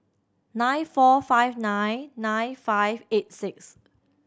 nine four five nine nine five eight six